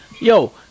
Yo